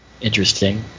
interesting